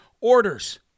orders